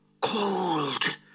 cold